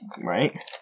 Right